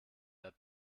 wer